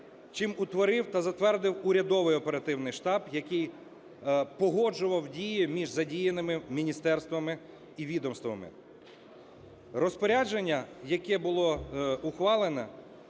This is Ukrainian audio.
чим утворив та затвердив урядовий оперативний штаб, який погоджував дії між задіяними міністерствами і відомствами. Розпорядження, яке було ухвалено,